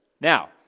now